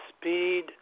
Speed